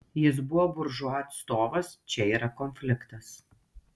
jis buvo buržua atstovas čia yra konfliktas